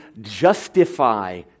justify